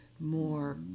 more